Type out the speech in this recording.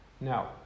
Now